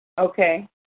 Okay